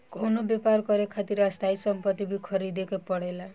कवनो व्यापर करे खातिर स्थायी सम्पति भी ख़रीदे के पड़ेला